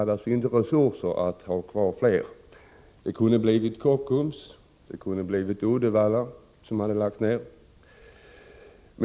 Det finns inte resurser att behålla fler. Det kunde ha blivit Kockums, eller det kunde ha blivit Uddevallavarvet som hade lagts ned.